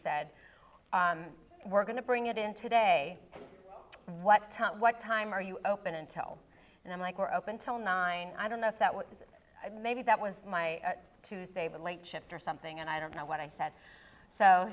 said we're going to bring it in today what what time are you open until and i'm like we're open till nine i don't know if that was maybe that was my tuesday but late shift or something and i don't know what i said so